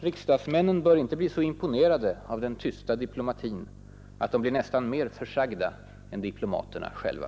Riksdagsmännen bör inte bli så imponerade av den tysta diplomatin att de blir nästan mer försagda än diplomaterna själva.